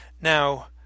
Now